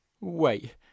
Wait